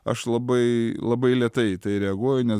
aš labai labai lėtai į tai reaguoju nes